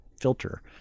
filter